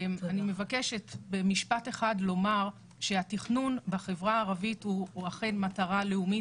אני מבקשת במשפט אחד לומר שהתכנון בחברה הערבית הוא אכן מטרה לאומית.